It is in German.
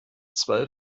zwölf